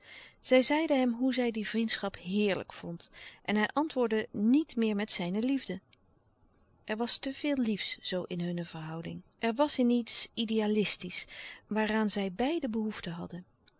zij zeide hem hoe zij die vriendschap heerlijk vond en hij antwoordde niet meer met zijne liefde er was te veel liefs zoo in hunne verhouding er was in iets idealistisch waaraan zij beiden behoefte hadden